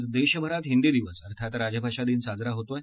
आज देशभरात हिंदी दिवस अर्थात राजभाषा दिन साजरा होत आहे